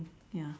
ya